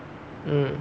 mm